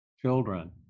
children